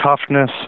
toughness